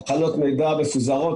תחנות מידע מפוזרות.